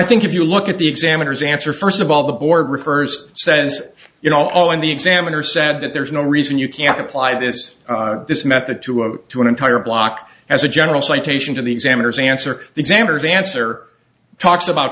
think if you look at the examiner's answer first of all the board refers says you know all in the examiner said that there is no reason you can't apply this this method to do an entire block as a general citation to the examiners answer examiner dancer talks about